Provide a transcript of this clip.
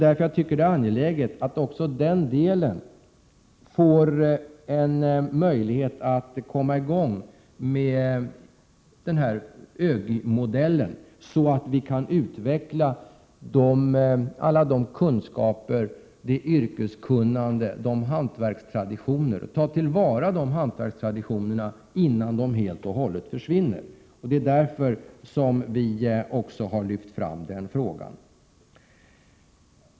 Därför är det också angeläget att ÖGY-modellen får möjlighet att komma i gång så att vi kan utveckla och ta till vara alla de kunskaper, det yrkeskunnande och de hantverkstraditioner som finns innan de helt och hållet försvinner. Det är därför vi också har lyft fram den frågan.